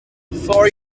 four